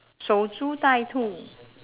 守株待兔